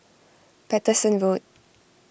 Paterson Road